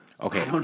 Okay